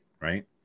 right